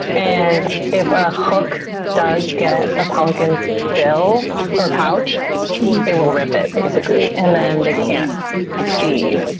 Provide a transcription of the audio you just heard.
and if a hook does get a pelican's bill or pouch it will rip it, basically, and then they can't feed.